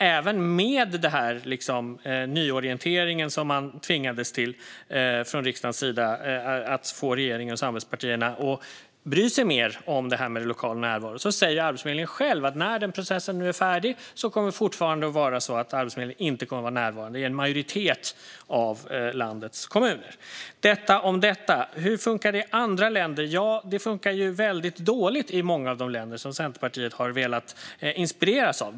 Även med den nyorientering om att bry sig mer om lokal närvaro, som regeringen och samarbetspartierna tvingades till av riksdagen, säger Arbetsförmedlingen själv, nu när processen är färdig, att man fortfarande inte kommer att vara närvarande i en majoritet av landets kommuner. Detta om detta. Hur funkar det i andra länder? Jo, det funkar väldigt dåligt i många av de länder som Centerpartiet har velat inspireras av.